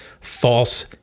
false